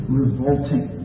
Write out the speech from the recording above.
revolting